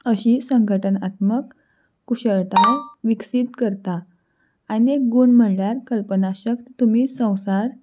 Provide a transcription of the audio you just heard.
अशी संघटनत्मक कुशळटाय विकसीत करता आनी एक गूण म्हळ्यार कल्पनाशक तुमी संवसार